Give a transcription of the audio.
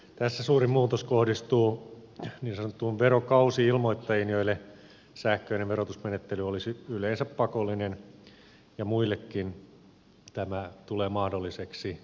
tässä suurin muutos kohdistuu niin sanottuihin verokausi ilmoittajiin joille sähköinen verotusmenettely olisi yleensä pakollinen ja muillekin tulee mahdolliseksi